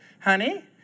honey